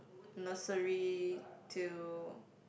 nursery till